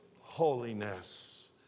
holiness